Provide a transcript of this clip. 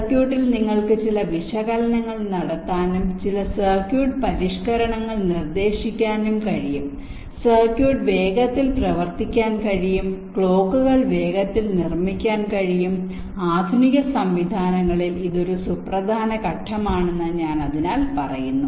സർക്യൂട്ടിൽ നിങ്ങൾക്ക് ചില വിശകലനങ്ങൾ നടത്താനും ചില സർക്യൂട്ട് പരിഷ്ക്കരണങ്ങൾ നിർദ്ദേശിക്കാനും കഴിയും സർക്യൂട്ട് വേഗത്തിൽ പ്രവർത്തിക്കാൻ കഴിയും ക്ലോക്കുകൾ വേഗത്തിൽ നിർമ്മിക്കാൻ കഴിയും ആധുനിക സംവിധാനങ്ങളിൽ ഇത് ഒരു സുപ്രധാന ഘട്ടമാണെന്ന് ഞാൻ അതിനാൽ പറയുന്നു